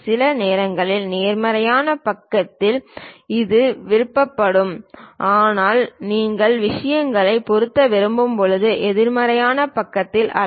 சில நேரங்களில் நேர்மறையான பக்கத்தில் இது விரும்பப்படுகிறது ஆனால் நீங்கள் விஷயங்களை பொருத்த விரும்பும் போது எதிர்மறையான பக்கத்தில் அல்ல